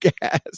gas